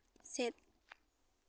ᱥᱮᱫ